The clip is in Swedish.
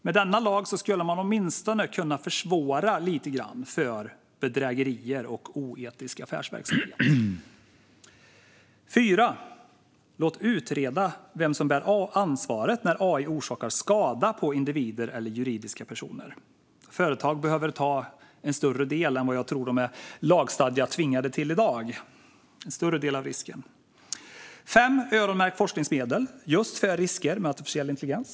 Med denna lag skulle man åtminstone kunna försvåra lite grann när det gäller vissa bedrägerier och oetisk affärsverksamhet. Det fjärde förslaget är att man låter utreda vem som bär ansvaret när AI orsakar skada på individer eller juridiska personer. Företag behöver ta en större del av risken än vad jag tror att de är lagstadgat tvingade till i dag. Det femte förslaget är att öronmärka forskningsmedel just för risker med artificiell intelligens.